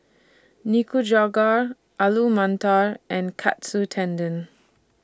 Nikujaga Alu Matar and Katsu Tendon